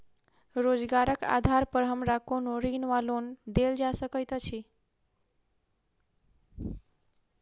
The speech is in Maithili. रोजगारक आधार पर हमरा कोनो ऋण वा लोन देल जा सकैत अछि?